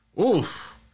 Oof